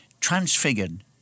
transfigured